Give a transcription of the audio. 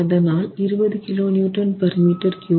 அதனால் 20kNm3 சுவரின் அகலம் 0